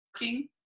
working